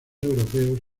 europeos